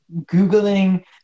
Googling